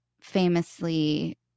famously